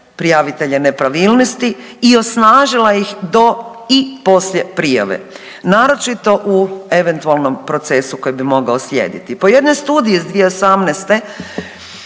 prijavitelje nepravilnosti i osnažila ih do i poslije prijave. Naročito u eventualnom procesu koji bi mogao slijediti. Po jednoj studiji iz 2018.